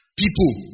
people